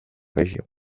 région